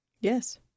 yes